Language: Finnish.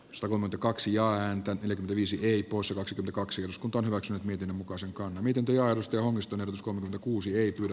suomen kaksi jaa ääntä eli levisi hippos ovat kaksi osku torrokset miten muka sekaan miten työllisti omistaneet uskoa kuusi ei tule